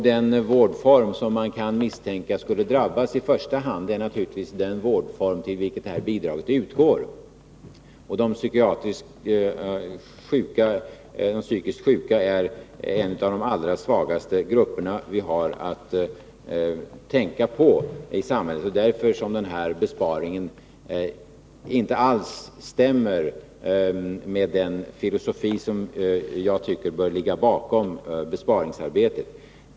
Den vård som man kan misstänka skulle drabbas i första hand är naturligtvis den vårdform till vilken det här bidraget utgår. Och de psykiskt sjuka är en av de allra svagaste grupperna som vi har att tänka på i samhället. Det är därför som den här besparingen inte alls stämmer med den filosofi som jag tycker bör ligga bakom besparingsarbetet.